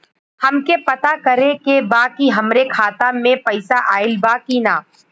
हमके पता करे के बा कि हमरे खाता में पैसा ऑइल बा कि ना?